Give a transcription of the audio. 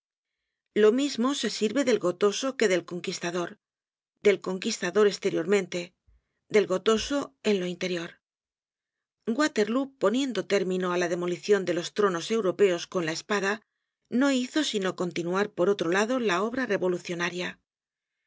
lo mismo se sirve del gotoso que del conquistador del conquistador esteriormente del gotoso en lo interior waterlóo poniendo término á la demolicion de los tronos europeos con la espada no hizo sino continuar por otro lado la obra revolucionaria